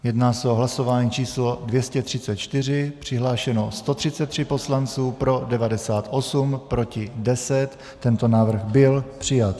Jedná se o hlasování číslo 234, přihlášeno 133 poslanců, pro 98, proti 10, tento návrh byl přijat.